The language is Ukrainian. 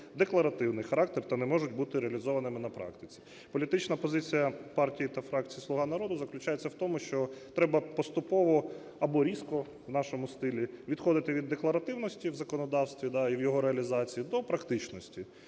декларативний характер та не можуть бути реалізованими на практиці. Політична позиція партії та фракції "Слуга народу" заключається в тому, що треба поступово або різко у нашому стилі відходити від декларативності у законодавстві і в його реалізації до практичності.